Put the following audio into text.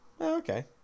Okay